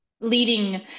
leading